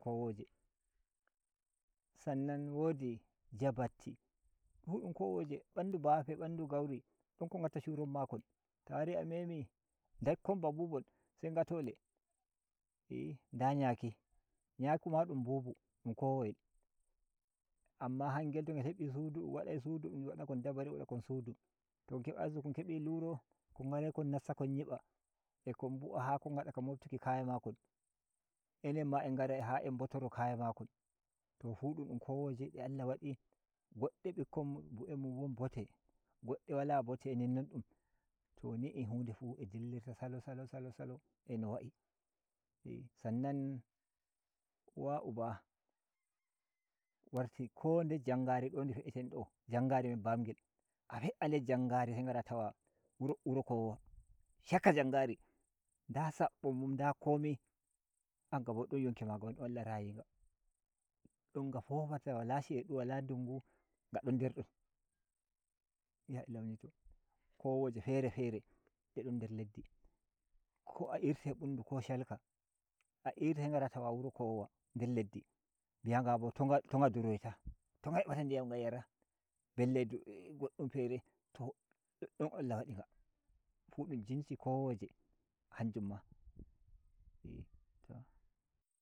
Kowoje sannan wodi jabatti fu dun kowoje banɗu bafe banɗu bafe banɗu gauri don kon ngatta shown makon ta wari a memi ndakkon ba mbubon se ngatle iyyi nda nyaki nyaku ma dun mbubu dun kowoyel amma hangel to ngel hebi sudu ngel wadai sudu dun wada kon dabare dum wada kon sudu to kon kebayi kon kebi luro kon ngarai kon nasta kon ‘yibba a kon bu’a ha kon ngada ga mobtuki kaya makon anenma ha en ngarai en botoro kaya makon to fu do don kowoje de Allah wadi godde bikkon bu’e mun won bote goɗɗe wala bote ninnon dum to ni’i hu nde fu diirta salo salo salo salo a no wa’i sannan uwa uba warti ko nder jangari do ndi fe’eten do jangari min bangel a fe’a uder jangari se ngara tawa wuro kowowa shaka jangari nda sabbo mun nda komi hanga bo don yonki maga woni don Allah ray inga don nga fofata wala shedu wala dungu nga don nder don kowoje fere fere d don nder leddi ko a irtai bundu ko shalka a irtai ngara tawa wuro kowowa nder eddi mi’a ng abo to nga to nga duroita to nga hebata diyam nga yara belle eh goddum fere do don Allah wadi nga fu dun jinsi kowoje hanjum ma.